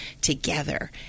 together